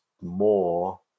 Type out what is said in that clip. more